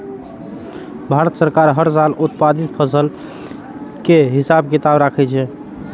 भारत सरकार हर साल उत्पादित फसल केर हिसाब किताब राखै छै